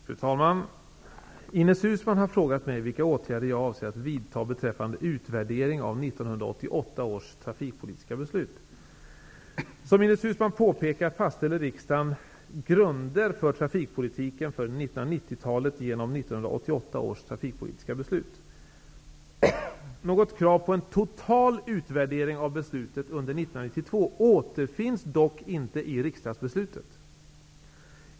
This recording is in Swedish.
Fru talman! Ines Uusmann har frågat mig vilka åtgärder jag avser att vidta beträffande utvärdering av 1988 års trafikpolitiska beslut. Som Ines Uusmann påpekar fastställde riksdagen grunder för trafikpolitiken för 1990-talet genom 1988 års trafikpolitiska beslut. Något krav på en total utvärdering av beslutet under år 1992 återfinns dock inte i riksdagsbeslutet.